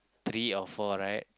three or four right